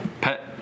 pet